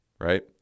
Right